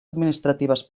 administratives